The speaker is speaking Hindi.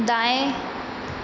दाएँ